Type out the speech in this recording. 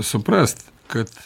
suprast kad